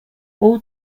all